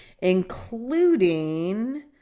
including